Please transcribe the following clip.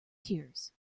tears